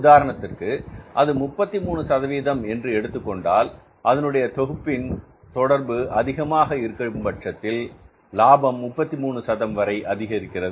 உதாரணத்திற்கு அது 33 என்று எடுத்துக்கொண்டால் அதனுடைய தொகுப்பின் தொடர்பு அதிகமாக இருக்கும்பட்சத்தில் லாபம் 33 சதம் வரை அதிகரிக்கிறது